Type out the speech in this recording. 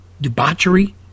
debauchery